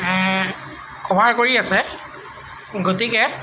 সহায় কৰি আছে গতিকে